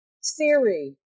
Siri